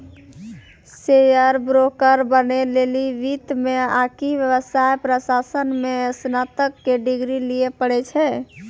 share broker बनै लेली वित्त मे आकि व्यवसाय प्रशासन मे स्नातक के डिग्री लिये पड़ै छै